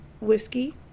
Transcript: whiskey